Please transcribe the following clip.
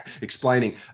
explaining